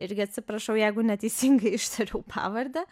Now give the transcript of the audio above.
irgi atsiprašau jeigu neteisingai ištariau pavardę